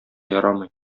ярамый